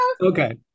Okay